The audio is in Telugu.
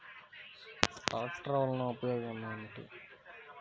ట్రాక్టర్లు వల్లన ఉపయోగం ఏమిటీ?